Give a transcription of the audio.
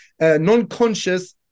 non-conscious